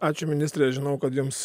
ačiū ministre žinau kad jums